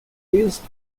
based